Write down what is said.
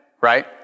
right